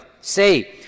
Say